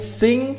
sing